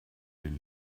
den